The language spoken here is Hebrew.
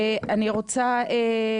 אני רוצה לשאול,